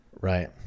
Right